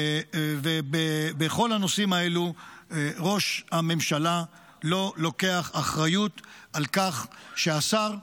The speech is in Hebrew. בכל הנושאים האלו ראש הממשלה לא לוקח אחריות על כך שהשר,